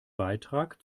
beitrag